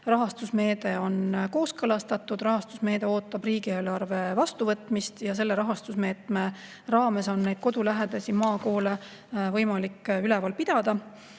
Rahastusmeede on kooskõlastatud, rahastusmeede ootab riigieelarve vastuvõtmist ja selle rahastusmeetme raames on neid kodulähedasi maakoole võimalik üleval pidada.